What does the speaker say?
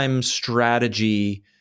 strategy